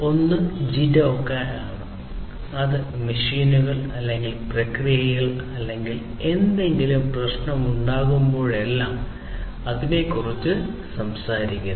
ഒന്ന് ജിഡോക ആണ് അത് മെഷീനുകൾ അല്ലെങ്കിൽ പ്രക്രിയയിൽ അല്ലെങ്കിൽ എന്തെങ്കിലും പ്രശ്നമുണ്ടാകുമ്പോഴെല്ലാം അതിനെക്കുറിച്ച് സംസാരിക്കുന്നു